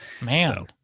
Man